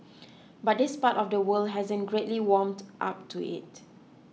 but this part of the world hasn't greatly warmed up to it